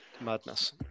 Madness